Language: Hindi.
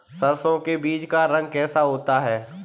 सरसों के बीज का रंग कैसा होता है?